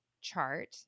chart